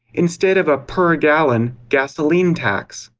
instead of a per-gallon gasoline tax.